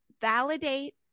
validate